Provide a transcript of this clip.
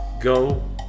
Go